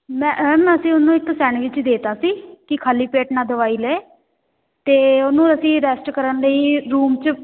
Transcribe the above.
ma'am ਅਸੀਂ ਉਹਨੂੰ ਇੱਕ ਸੈਂਡਵਿਚ ਦੇ ਤਾ ਸੀ ਕਿ ਖਾਲੀ ਪੇਟ ਨਾ ਦਵਾਈ ਲਏ ਅਤੇ ਉਹਨੂੰ ਅਸੀਂ ਰੈਸਟ ਕਰਨ ਲਈ ਰੂਮ 'ਚ